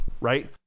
right